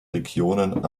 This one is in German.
regionen